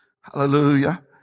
Hallelujah